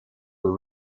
were